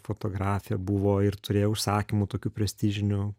fotografė buvo ir turėjo užsakymų tokių prestižinių